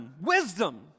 Wisdom